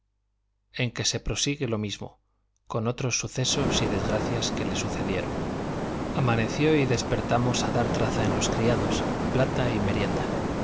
en que se prosigue lo mismo con otros sucesos y desgracias que le sucedieron amaneció y despertamos a dar traza en los criados plata y merienda